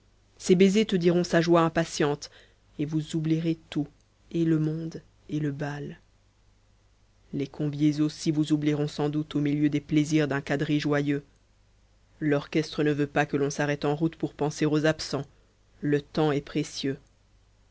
ses baisers te diront sa joie impatiente et vous oublîrez tout et le monde et le bal les conviés aussi vous oublîront sans doute au milieu des plaisirs d'un quadrille joveux l'orchestre ne veut pas que l'on s'arrête en route pour penser aux absents le temps est précieux